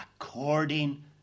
according